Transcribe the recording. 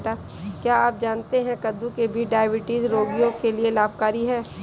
क्या आप जानते है कद्दू के बीज डायबिटीज रोगियों के लिए लाभकारी है?